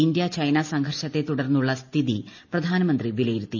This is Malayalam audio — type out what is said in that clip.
ഇന്ത്യ ചൈന സംഘർഷത്തെ തുടർന്നുള്ള സ്ഥിതി പ്രധാനമന്ത്രി വിലയിരുത്തി